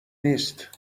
نیست